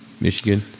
Michigan